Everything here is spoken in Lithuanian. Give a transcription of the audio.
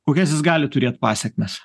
kokias jis gali turėt pasekmes